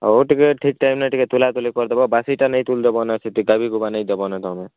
ହଉ ଟିକେ ଠିକ୍ ଟାଇମ୍ନେ ଟିକେ ତୋଲାତୁଲି କରିଦେବ ବାସୀଟା ନେଇ ତୁଲିଦେବନି